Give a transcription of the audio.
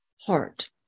heart